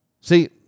See